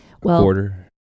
quarter